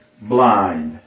blind